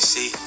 See